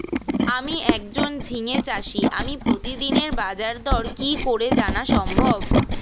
আমি একজন ঝিঙে চাষী আমি প্রতিদিনের বাজারদর কি করে জানা সম্ভব?